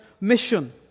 mission